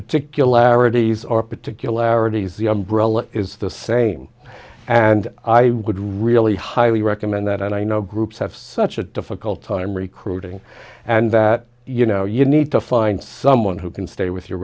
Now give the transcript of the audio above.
particularities are particularities the umbrella is the same and i would really highly recommend that and i know groups have such a difficult time recruiting and that you know you need to find someone who can stay with your